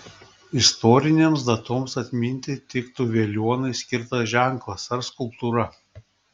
istorinėms datoms atminti tiktų veliuonai skirtas ženklas ar skulptūra